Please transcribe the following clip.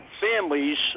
families